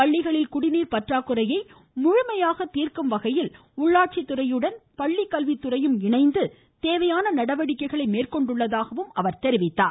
பள்ளிகளில் குடிநீர் பற்றாக்குறையை முழுமையாக தீர்க்கும் வகையில் உள்ளாட்சி துறையுடன் பள்ளிகல்வித்துறையும் இணைந்து தேவையான நடவடிக்கையை மேற்கொண்டுள்ளதாக அவர் தெரிவித்தார்